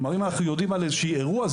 אם אנחנו יודעים על איזה אירוע,